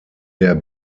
der